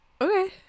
Okay